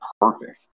perfect